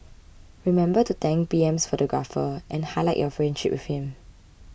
remember to thank PM's photographer and highlight your friendship with him